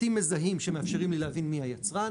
פרטים מזהים שמאפשרים לי להבין מי היצרן